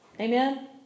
Amen